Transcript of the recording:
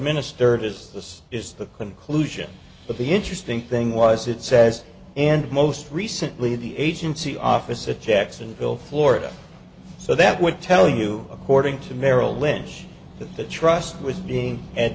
minister it is this is the conclusion but the interesting thing was it says and most recently the agency office of jacksonville florida so that would tell you according to merrill lynch that the trust was doing a